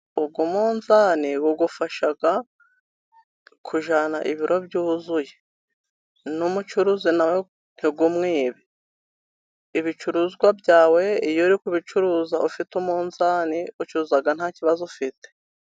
Uwu munzani ugufasha kujyana ibiro byuzuye, n'umucuruzi na we ntu mwibe. Ibicuruzwa byawe iyo ufite umunzani, ucuruza nta kibazo ufite.